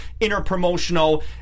interpromotional